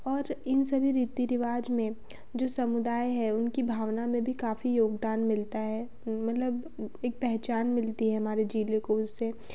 और इन सभी रीति रिवाज़ में जो समुदाय है उनकी भावना में भी काफ़ी योगदान मिलता है मतलब एक पहचान मिलती है हमारे जिले को उससे